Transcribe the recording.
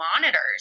monitors